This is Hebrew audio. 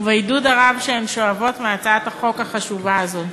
ובעידוד הרב שהן שואבות מהצעת החוק החשובה הזאת.